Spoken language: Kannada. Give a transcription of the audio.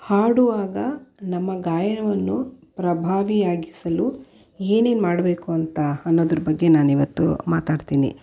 ಹಾಡುವಾಗ ನಮ್ಮ ಗಾಯನವನ್ನು ಪ್ರಭಾವಿಯಾಗಿಸಲು ಏನೇನು ಮಾಡಬೇಕು ಅಂತ ಅನ್ನೋದರ ಬಗ್ಗೆ ನಾನಿವತ್ತು ಮಾತಾಡ್ತೀನಿ